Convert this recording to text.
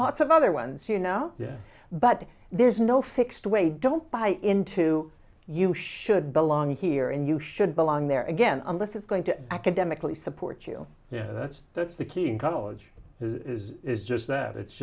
lots of other ones you know but there's no fixed way don't buy into you should belong here and you should belong there again unless it's going to academically support you yeah that's that's the key in college is is just that it's